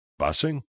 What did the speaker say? busing